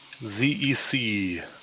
ZEC